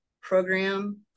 program